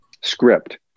script